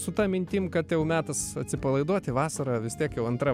su ta mintim kad jau metas atsipalaiduoti vasara vis tiek jau antra